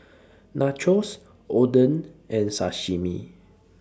Nachos Oden and Sashimi